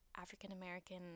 african-american